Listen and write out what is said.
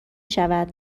شود